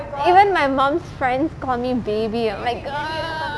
even my mom's friends call me baby oh my god